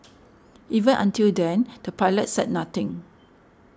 even until then the pilots said nothing